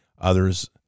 others